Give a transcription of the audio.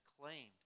claimed